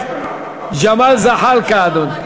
כשממלאים ככה הפיתה מתפרקת.